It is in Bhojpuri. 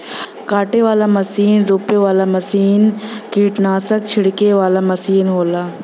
काटे वाला मसीन रोपे वाला मसीन कीट्नासक छिड़के वाला मसीन होला